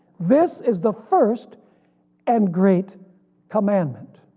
this is the first and great commandment.